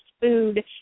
food